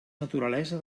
naturalesa